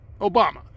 Obama